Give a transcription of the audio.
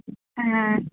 ആ